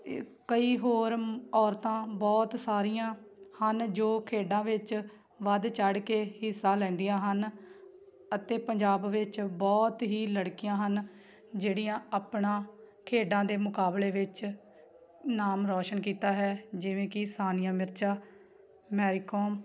ਕਈ ਹੋਰ ਔਰਤਾਂ ਬਹੁਤ ਸਾਰੀਆਂ ਹਨ ਜੋ ਖੇਡਾਂ ਵਿੱਚ ਵੱਧ ਚੜ ਕੇ ਹਿੱਸਾ ਲੈਂਦੀਆਂ ਹਨ ਅਤੇ ਪੰਜਾਬ ਵਿੱਚ ਬਹੁਤ ਹੀ ਲੜਕੀਆਂ ਹਨ ਜਿਹੜੀਆਂ ਆਪਣਾ ਖੇਡਾਂ ਦੇ ਮੁਕਾਬਲੇ ਵਿੱਚ ਨਾਮ ਰੌਸ਼ਨ ਕੀਤਾ ਹੈ ਜਿਵੇਂ ਕਿ ਸਾਨੀਆਂ ਮਿਰਜ਼ਾ ਮੈਰੀ ਕੋਮ